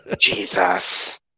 Jesus